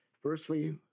Firstly